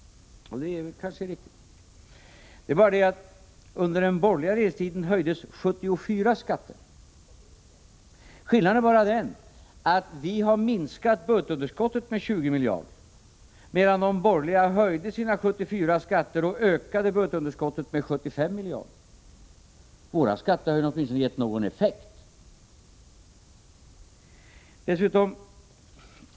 Det kanske är riktigt. Det är bara det att under den borgerliga regeringstiden höjdes 74 skatter. Skillnaden är bara den att vi har minskat budgetunderskottet med 20 miljarder, medan de borgerliga höjde sina 74 skatter och ökade budgetunderskottet med 75 miljarder. Våra skattehöjningar har åtminstone gett någon effekt.